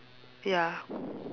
ya